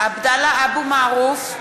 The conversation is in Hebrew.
עבדאללה אבו מערוף,